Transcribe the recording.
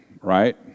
right